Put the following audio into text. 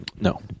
no